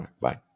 Bye